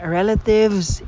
relatives